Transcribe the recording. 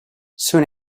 soon